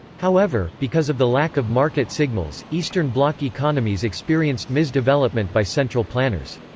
however, because of the lack of market signals, eastern bloc economies experienced mis-development by central planners.